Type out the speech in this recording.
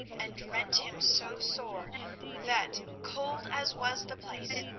and rent him so sore that, cold as was the place,